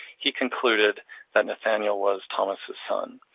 he concluded that nathaniel was thomas' son.